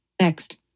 Next